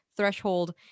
Threshold